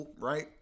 Right